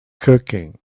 cooking